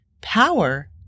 Power